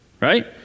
Right